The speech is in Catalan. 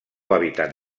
hàbitat